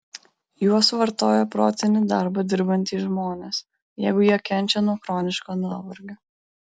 juos vartoja protinį darbą dirbantys žmonės jeigu jie kenčia nuo chroniško nuovargio